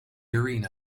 arena